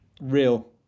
Real